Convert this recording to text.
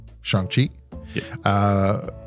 Shang-Chi